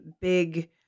big